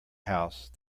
house